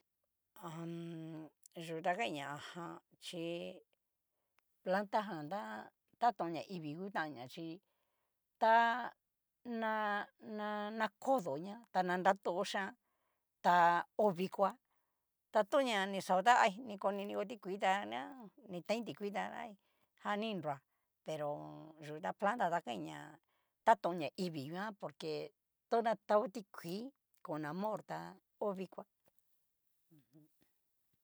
yu ta kain ña aja chi planta jan tá, tatón ñaivii ngutanña chí ta na- na nakodoña tana nrato xhian, ta ho vikoa ta toña ni xao ta hay ni koninio tikuii ta nion ni tan ti kuii ta hay jan ni kinroá pero yú ta planta jan tá kai ñá, tatón ñaivii nguan por que to na tao ti kuii on amor tá ho viko u jum.